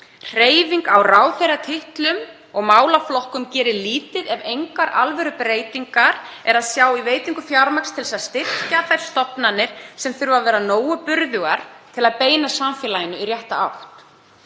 Hreyfing á ráðherratitlum og málaflokkum gerir lítið ef engar alvörubreytingar er að sjá í veitingu fjármagns til að styrkja þær stofnanir sem þurfa að vera nógu burðugar til að beina samfélaginu í rétta átt.